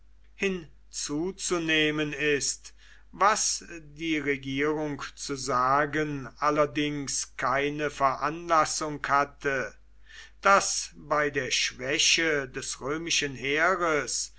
hinzuzunehmen ist was die regierung zu sagen allerdings keine veranlassung hatte daß bei der schwäche des römischen heeres